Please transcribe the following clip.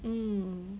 mm